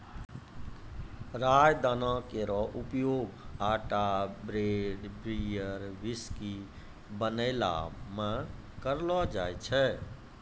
राई दाना केरो उपयोग आटा ब्रेड, बियर, व्हिस्की बनैला म करलो जाय छै